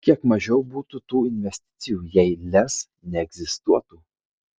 kiek mažiau būtų tų investicijų jei lez neegzistuotų